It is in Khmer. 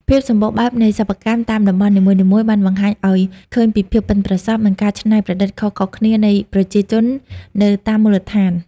ភាពសម្បូរបែបនៃសិប្បកម្មតាមតំបន់នីមួយៗ បានបង្ហាញឱ្យឃើញពីភាពប៉ិនប្រសប់ និងការច្នៃប្រឌិតខុសៗគ្នានៃប្រជាជននៅតាមមូលដ្ឋាន។